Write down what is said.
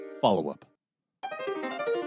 follow-up